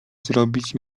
zrobić